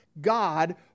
God